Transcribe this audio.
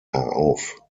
auf